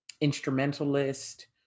instrumentalist